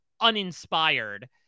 uninspired